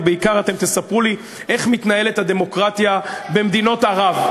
ובעיקר אתם תספרו לי איך מתנהלת הדמוקרטיה במדינות ערב,